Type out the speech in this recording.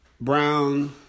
brown